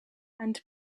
and